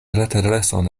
retadreson